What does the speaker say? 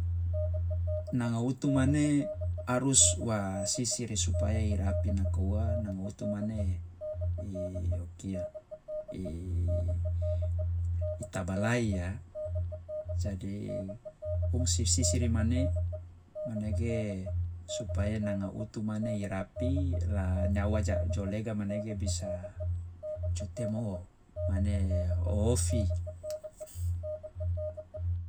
Nanga utu mane harus wa sisir supaya i rapi, nako ua nanga utu mane i o kia tabalai ya, jadi fungsi sisir mane, manege supaya nanga utu mane i rapi, supaya nyawa ja jo lega manege bisa jo temo mane o ofi.